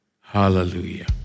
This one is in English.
Hallelujah